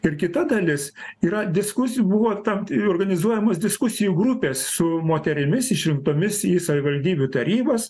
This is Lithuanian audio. ir kita dalis yra diskusijų buvo tam ti organizuojamos diskusijų grupės su moterimis išrinktomis į savivaldybių tarybas